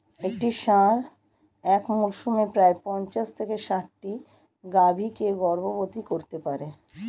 একটি ষাঁড় এক মরসুমে প্রায় পঞ্চাশ থেকে ষাটটি গাভী কে গর্ভবতী করতে পারে